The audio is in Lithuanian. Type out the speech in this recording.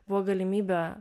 buvo galimybė